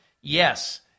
Yes